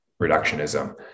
reductionism